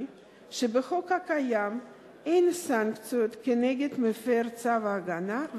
שבחוק הקיים אין סנקציות נגד מפר צו ההגנה,